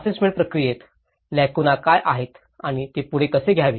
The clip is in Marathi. असेसमेंट प्रक्रियेत लॅकुना काय आहेत आणि ते पुढे कसे घ्यावे